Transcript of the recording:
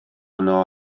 yno